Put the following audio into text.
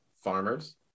farmers